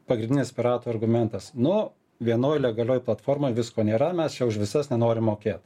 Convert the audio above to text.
pagrindinis piratų argumentas nu vienoj legalioj platformoj visko nėra mes čia už visas nenorim mokėt